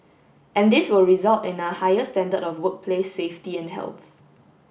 and this will result in a higher standard of workplace safety and health